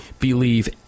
believe